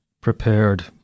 prepared